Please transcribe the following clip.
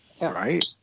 Right